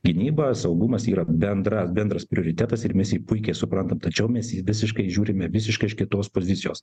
gynyba saugumas yra bendra bendras prioritetas ir mes jį puikiai suprantam tačiau mes visiškai žiūrime visiškai iš kitos pozicijos